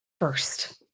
First